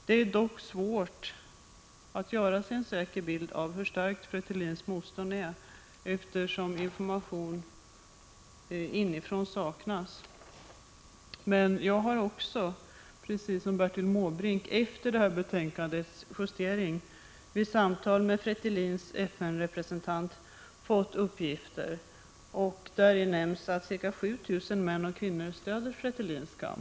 Det är dock svårt att göra sig en säker bild av hur starkt Fretilins motstånd är, eftersom information inifrån saknas. Efter betänkandets justering har jag, precis som Bertil Måbrink, samtalat med Fretilins FN-representant och fått uppgiften att ca 7 000 män och kvinnor stöder Fretilins kamp.